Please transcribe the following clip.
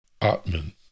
Atman